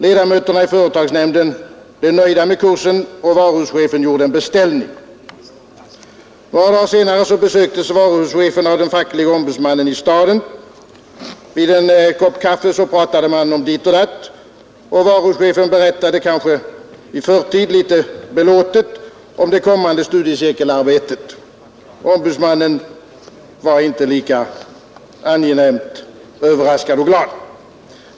Ledamöterna i företagsnämnden var nöjda med kursen, och varuhuschefen gjorde en beställning. Några dagar senare besöktes varuhuschefen av den facklige ombudsmannen i staden. Vid en kopp kaffe pratade man om ditt och datt, och varuhuschefen berättade kanske i förtid litet belåtet om det kommande studiecirkelarbetet. Ombudsmannen var inte lika angenämt överraskad och glad.